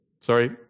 sorry